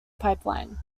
pipeline